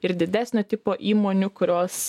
ir didesnio tipo įmonių kurios